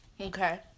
okay